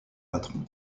patron